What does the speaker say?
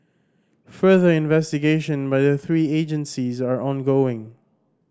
further investigation by the three agencies are ongoing